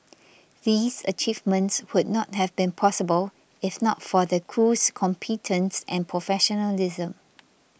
these achievements would not have been possible if not for the crew's competence and professionalism